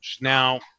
Now